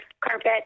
carpet